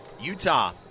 Utah